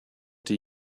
did